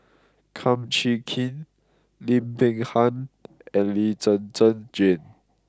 Kum Chee Kin Lim Peng Han and Lee Zhen Zhen Jane